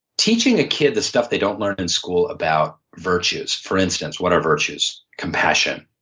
teaching a kid the stuff they don't learn in school about virtues. for instance, what are virtues? compassion,